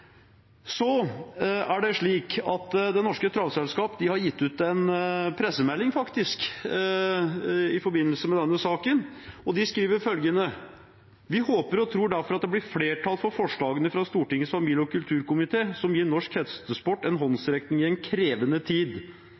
Det Norske Travselskap har gitt ut en pressemelding i forbindelse med denne saken. De skriver følgende: «Vi håper og tror derfor at det blir flertall for forslagene fra Stortingets familie- og kulturkomité som gir norsk hestesport en håndsrekning i en krevende tid.